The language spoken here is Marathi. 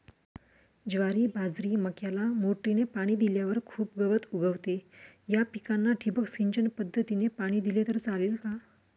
ज्वारी, बाजरी, मक्याला मोटरीने पाणी दिल्यावर खूप गवत उगवते, या पिकांना ठिबक सिंचन पद्धतीने पाणी दिले तर चालेल का?